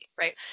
Right